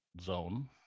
zone